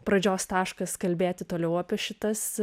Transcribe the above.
pradžios taškas kalbėti toliau apie šitas